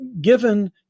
Given